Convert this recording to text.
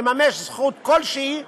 לממש זכות כלשהי,